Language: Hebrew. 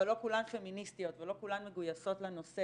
לא כולן פמיניסטיות ולא כולן מגויסות לנושא.